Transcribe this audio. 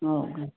हो का